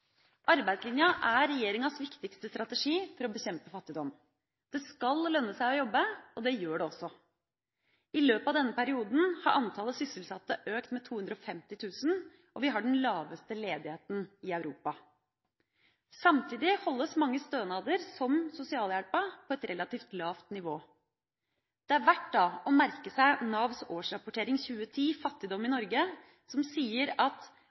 Arbeidslinja er regjeringas viktigste strategi for å bekjempe fattigdom. Det skal lønne seg å jobbe, og det gjør det også. I løpet av denne perioden har antallet sysselsatte økt med 250 000, og vi har den laveste ledigheten i Europa. Samtidig holdes mange stønader, som sosialhjelpa, på et relativt lavt nivå. Det er verdt da å merke seg Navs årsrapportering 2010 – Fattigdom i Norge, som sier: